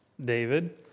David